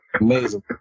amazing